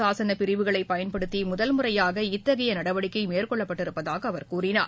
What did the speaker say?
சாசன பிரிவுகளை பயன்படுத்தி அரசியல் முதல்முறையாக இத்தகைய நடவடிக்கை மேற்கொள்ளப்பட்டிருப்பதாக அவர் கூறினார்